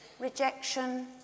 Rejection